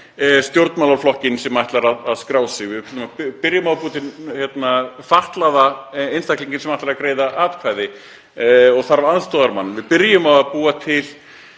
stjórnmálaflokkinn sem ætlar að skrá sig. Við byrjum á að búa til fatlaða einstaklinginn sem ætlar að greiða atkvæði og þarf aðstoðarmann. Við byrjum á að búa til